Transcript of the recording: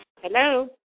Hello